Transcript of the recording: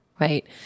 right